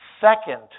Second